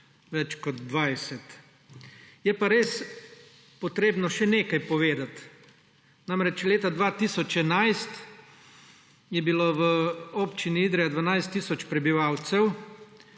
več kot 20. Je pa res potrebno še nekaj povedati. Namreč, leta 2011 je bilo v Občini Idrija 12 tisoč prebivalcev.